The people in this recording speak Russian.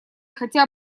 хотя